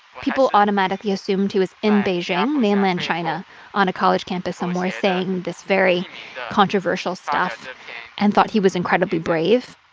people automatically assumed he was in beijing um mainland china on a college campus somewhere saying this very controversial stuff and thought he was incredibly brave.